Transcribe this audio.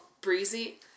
breezy